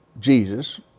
Jesus